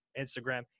Instagram